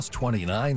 29